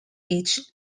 each